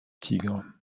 tigre